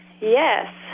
Yes